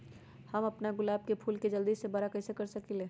हम अपना गुलाब के फूल के जल्दी से बारा कईसे कर सकिंले?